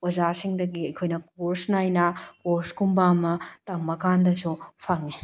ꯑꯣꯖꯥꯁꯤꯡꯗꯒꯤ ꯑꯩꯈꯣꯏꯅ ꯀꯣꯔ꯭ꯁ ꯅꯥꯏꯅ ꯀꯣꯔ꯭ꯁꯀꯨꯝꯕ ꯑꯃ ꯇꯝꯃꯀꯥꯟꯗꯁꯨ ꯐꯪꯏ